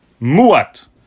muat